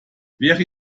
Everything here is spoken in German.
wäre